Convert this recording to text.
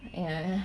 ya